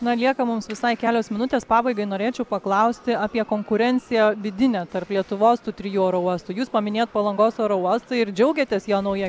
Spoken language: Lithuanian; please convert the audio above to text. na lieka mums visai kelios minutės pabaigai norėčiau paklausti apie konkurenciją vidinę tarp lietuvos tų trijų oro uostų jūs paminėjot palangos oro uostą ir džiaugiatės jo nauja